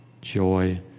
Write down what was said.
Joy